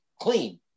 clean